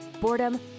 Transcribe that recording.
Boredom